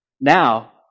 Now